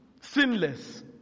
sinless